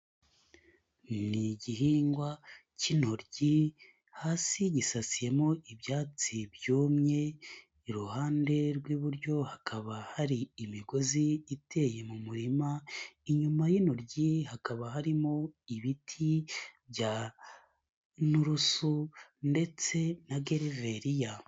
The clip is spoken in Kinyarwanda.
Ni igihingwa cy'intoryi, hasi gisasiyemo ibyatsi byumye, iruhande rw'iburyo hakaba hari imigozi iteye mu murima, inyuma y'intoryi hakaba harimo ibiti by'inturusu ndetse na geriveriya.